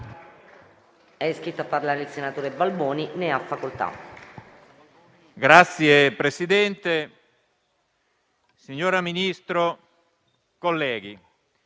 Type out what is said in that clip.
Signor Presidente, signor Ministro, colleghi,